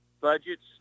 budgets